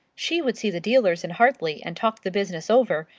she would see the dealers in hartley and talk the business over,